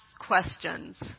questions